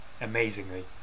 amazingly